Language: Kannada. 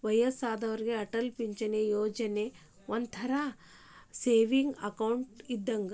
ವಯ್ಯಸ್ಸಾದೋರಿಗೆ ಅಟಲ್ ಪಿಂಚಣಿ ಯೋಜನಾ ಒಂಥರಾ ಸೇವಿಂಗ್ಸ್ ಅಕೌಂಟ್ ಇದ್ದಂಗ